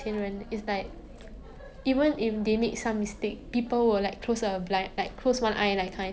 then we live in singapore so definitely we have to think about finance then we are like a international hub also